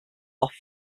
oft